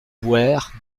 boeres